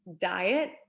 diet